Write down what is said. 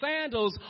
sandals